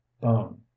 bone